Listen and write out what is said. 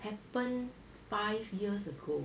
happened five years ago